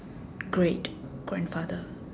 great grandfather